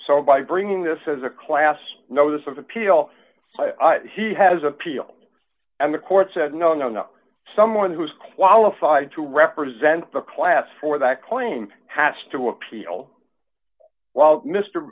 so by bringing this as a class notice of appeal he has appeal and the court said no no no someone who is qualified to represent the class for that claim has to appeal while mr